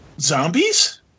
zombies